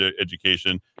education